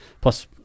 Plus